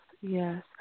yes